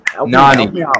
Nani